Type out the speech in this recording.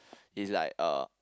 is like uh